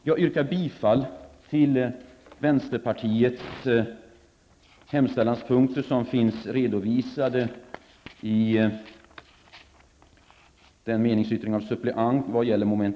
Jag yrkar bifall till vänsterpartiets hemställan vad gäller mom. 1 och 2 som redovisas i meningsyttringen av suppleant.